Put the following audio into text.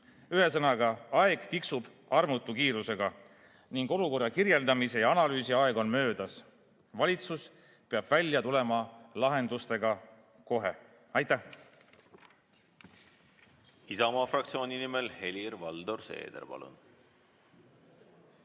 pealt. Ühesõnaga, aeg tiksub armutu kiirusega ning olukorra kirjeldamise ja analüüsi aeg on möödas. Valitsus peab välja tulema lahendustega kohe. Aitäh!